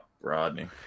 Rodney